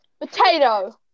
Potato